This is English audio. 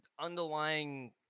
underlying